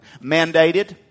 mandated